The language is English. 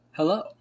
Hello